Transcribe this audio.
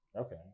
Okay